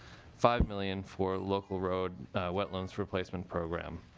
five million for local roads wetlands replace ment program.